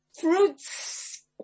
Fruits